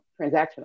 transactional